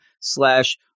slash